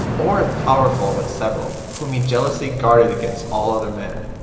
or if powerful with several, whom he jealously guarded against all other men.